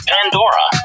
Pandora